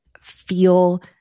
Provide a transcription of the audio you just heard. feel